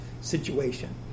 situation